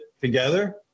together